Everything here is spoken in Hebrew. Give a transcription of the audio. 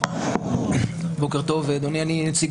אני נציג